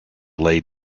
lay